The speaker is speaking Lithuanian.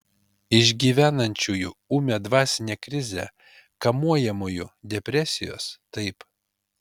išgyvenančiųjų ūmią dvasinę krizę kamuojamųjų depresijos taip